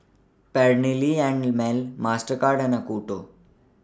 Perllini and Mel Mastercard and Acuto